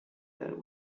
that